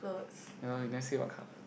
no leh you never say what colour